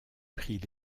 prit